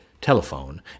telephone